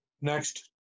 next